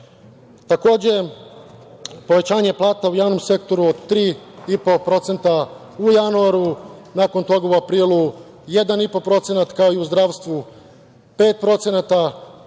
organa. Takođe, povećanje plata u javnom sektoru od 3,5% u januaru, nakon toga u aprilu 1,5%, kao i u zdravstvu 5%,